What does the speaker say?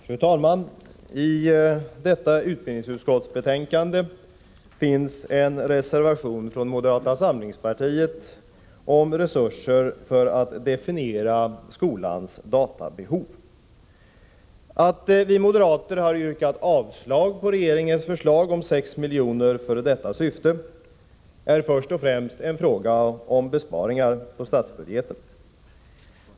Fru talman! I detta betänkande från utbildningsutskottet finns en reservation från moderata samlingspartiet om resurser för att definiera skolans databehov. Att vi moderater har yrkat avslag på regeringens förslag om 6 milj.kr. för detta syfte är först och främst en fråga om besparingar på statsbudgeten.